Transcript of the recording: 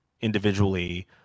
individually